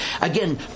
again